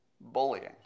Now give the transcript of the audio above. bullying